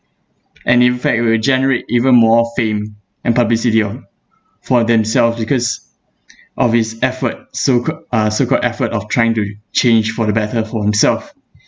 and in fact it will generate even more fame and publicity or for themselves because of his effort soc~ so-called effort of trying to change for the better for himself